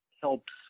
helps –